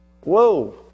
Whoa